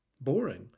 boring